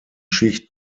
schicht